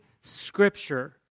scripture